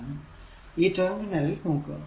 ഇനി ഈ ടെർമിനൽ നോക്കുക